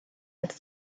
als